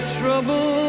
trouble